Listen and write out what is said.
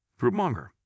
fruitmonger